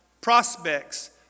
prospects